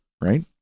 Right